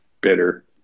bitter